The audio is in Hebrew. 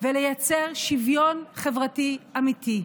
ולייצר שוויון חברתי אמיתי.